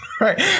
right